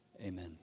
Amen